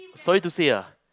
sorry to say ah